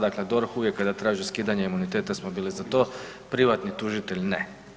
Dakle, DORH uvijek kada traži skidanje imuniteta smo bili za to, privatni tužitelj ne.